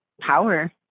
power